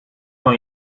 van